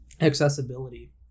accessibility